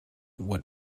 what